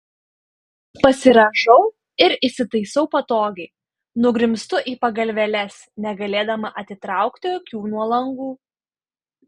pasirąžau ir įsitaisau patogiai nugrimztu į pagalvėles negalėdama atitraukti akių nuo langų